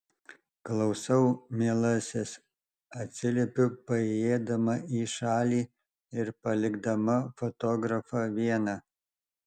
klausau mielasis atsiliepiu paėjėdama į šalį ir palikdama fotografą vieną